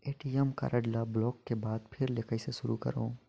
ATM card ल block के बाद फिर ले कइसे शुरू करव?